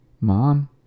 Mom